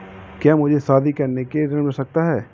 क्या मुझे शादी करने के लिए ऋण मिल सकता है?